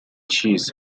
cheese